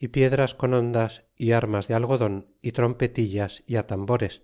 y piedras con hondas y armas de algodon y trompetillas y atambores